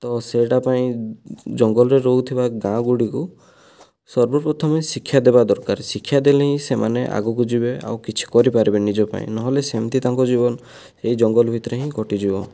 ତ ସେଇଟା ପାଇଁ ଜଙ୍ଗଲରେ ରହୁଥିବା ଗାଁ ଗୁଡ଼ିକୁ ସର୍ବ ପ୍ରଥମେ ଶିକ୍ଷା ଦେବା ଦରକାର ଶିକ୍ଷା ଦେଲେ ହିଁ ସେମାନେ ଆଗକୁ ଯିବେ ଆଉ କିଛି କରିପାରିବେ ନିଜ ପାଇଁ ନହେଲେ ସେମିତି ତାଙ୍କ ଜୀବନ ସେଇ ଜଙ୍ଗଲ ଭିତରେ ହିଁ କଟିଯିବ